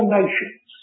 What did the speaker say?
nations